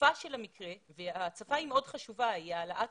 וההצפה היא מאוד חשובה העלאה